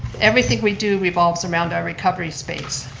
everything we do revolves around our recovery space.